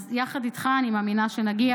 אז יחד איתך אני מאמינה שנגיע,